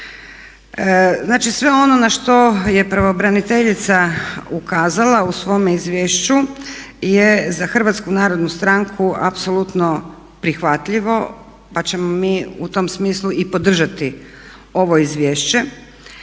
Znači sve ono na što je pravobraniteljica ukazala u svome izvješću je za Hrvatsku narodnu stranku apsolutno prihvatljivo pa ćemo mi u tom smislu i podržati ovo izvješće